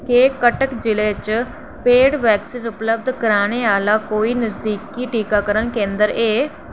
केह् कटक जि'ले च पेड वैक्सीन उपलब्ध कराने आह्ला कोई नजदीकी टीकाकरण केंदर ऐ